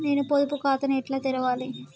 నేను పొదుపు ఖాతాను ఎట్లా తెరవాలి?